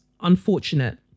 unfortunate